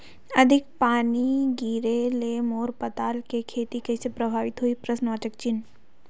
अधिक पानी गिरे ले मोर पताल के खेती कइसे प्रभावित होही?